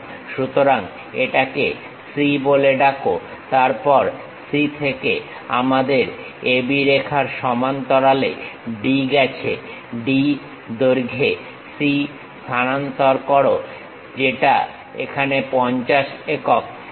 সুতরাং এটাকে C বলে ডাকো তারপর C থেকে আমাদের A B রেখার সমান্তরালে D গেছে D দৈর্ঘ্যে C স্থানান্তর করো যেটা এখানে 50 একক